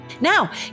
Now